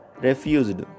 refused